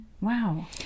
Wow